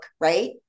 right